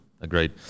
Agreed